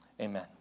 Amen